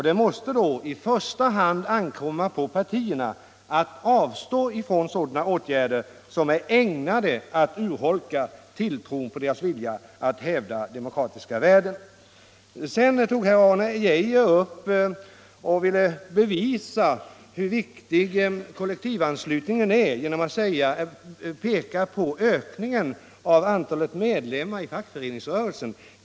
Det måste då i första hand ankomma på partierna att avstå från sådana åtgärder som är ägnade att urholka tron på deras vilja att hävda det demokratiska värdet. Sedan försökte herr Arne Geijer visa hur viktig kollektivanslutningen är genom att peka på ökningen av antalet medlemmar i fackföreningsrörelsen.